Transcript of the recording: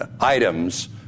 items